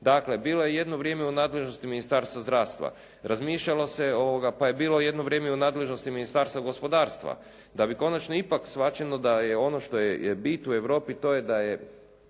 dakle, bilo je jedno vrijeme i u nadležnosti Ministarstva zdravstva. Razmišljalo se, pa je bilo jedno vrijeme i u nadležnosti Ministarstva gospodarstva, da bi konačno ipak shvaćeno da je ono što je bit u Europi to je da je